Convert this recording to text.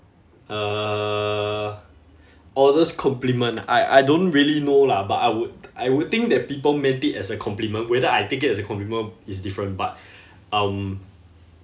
uh oddest compliment I I don't really know lah but I would I would think that people meant it as a compliment whether I take it as a compliment is different but um